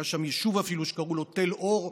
היה שם יישוב שקראו לו תל אור.